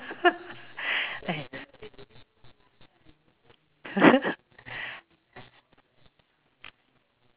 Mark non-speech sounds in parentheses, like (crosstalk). (laughs)